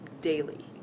daily